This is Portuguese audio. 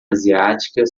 asiática